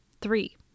Three